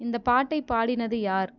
இந்த பாட்டை பாடினது யார்